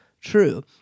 true